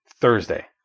Thursday